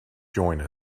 join